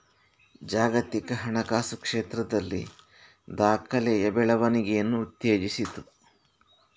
ಜಾಗತಿಕ ಹಣಕಾಸು ಕ್ಷೇತ್ರದಲ್ಲಿ ದಾಖಲೆಯ ಬೆಳವಣಿಗೆಯನ್ನು ಉತ್ತೇಜಿಸಿತು